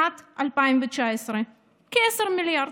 שנת 2019, כ-10 מיליארד,